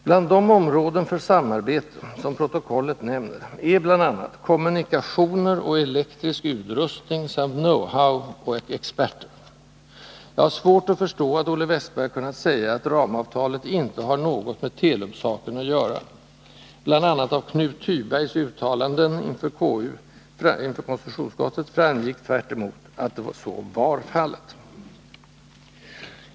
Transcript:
Bland de områden för samarbete som protokollet nämner är bl.a. ”kommunikationer” och ”elektrisk utrustning” samt ”know-how och experter”. Jag har svårt att förstå att Olle Wästberg har kunnat säga att ramavtalet inte har något med Telub-saken att göra. Bl. a. av Knut Thybergs uttalande inför konstitutionsutskottet framgick tvärtemot att så var fallet.